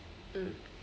mm